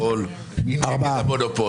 מי נמנע?